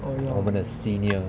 我们的 senior